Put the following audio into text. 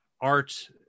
art